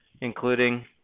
including